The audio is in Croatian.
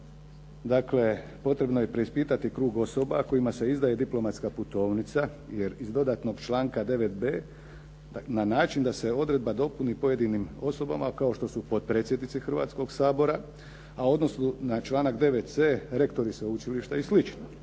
dakle potrebno je preispitati krug osoba kojima se izdaje diplomatska putovnica jer iz dodatnog članka 9.b na način da se odredba dopuni pojedinim osobama kao što su potpredsjednici Hrvatskoga sabora, a u odnosu na članak 9.c rektori sveučilišta i sl.